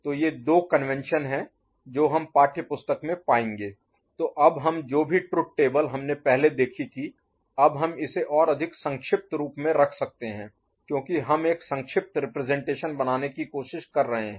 तो ये दो कन्वेंशन हैं जो हम पाठ्यपुस्तक में पाएंगे तो अब हम जो भी ट्रुथ टेबल सत्य तालिका हमने पहले देखी थी अब हम इसे और अधिक संक्षिप्त रूप में रख सकते हैं क्योंकि हम एक संक्षिप्त रिप्रजेंटेशन बनाने की कोशिश कर रहे हैं